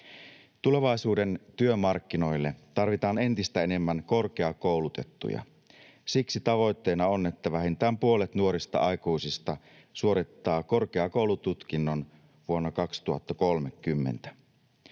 Tulevaisuuden työmarkkinoille tarvitaan entistä enemmän korkeakoulutettuja. Siksi tavoitteena on, että vähintään puolet nuorista aikuisista suorittaa korkeakoulututkinnon vuonna 2030.